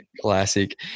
Classic